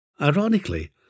Ironically